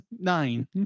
nine